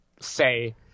say